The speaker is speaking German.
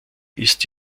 ist